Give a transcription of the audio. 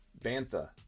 Bantha